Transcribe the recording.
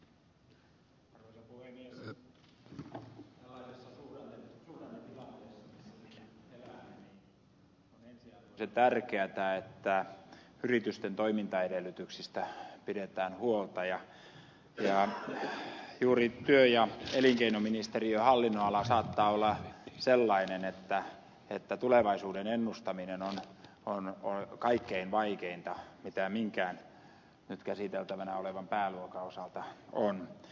tällaisessa suhdannetilanteessa missä me nyt elämme on ensiarvoisen tärkeätä että yritysten toimintaedellytyksistä pidetään huolta ja juuri työ ja elinkeinoministeriön hallinnonala saattaa olla sellainen että tulevaisuuden ennustaminen on kaikkein vaikeinta mitä minkään nyt käsiteltävänä olevan pääluokan osalta on